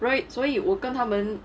right 所以我跟他们